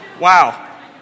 Wow